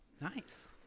nice